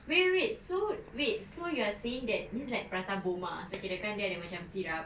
wait wait wait so wait you are saying that means like prata bom ah so kirakan dia ada macam